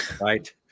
right